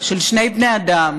של שני בני אדם